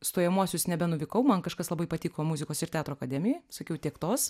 stojamuosius nebenuvykau man kažkas labai patiko muzikos ir teatro akademijoj sakiau tiek tos